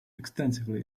extensively